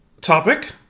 topic